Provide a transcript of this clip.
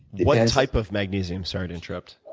what type of magnesium? sorry to interrupt,